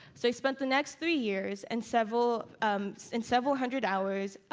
so, i spent the next three years and several and several hundred hours,